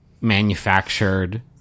manufactured